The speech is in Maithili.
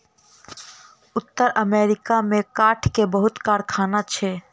उत्तर अमेरिका में काठ के बहुत कारखाना छै